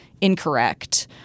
incorrect